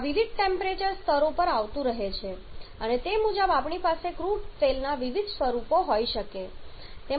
આ વિવિધ ટેમ્પરેચર સ્તરો પર આવતું રહે છે અને તે મુજબ આપણી પાસે ક્રૂડ તેલના વિવિધ સ્વરૂપો હોઈ શકે છે